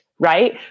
Right